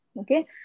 Okay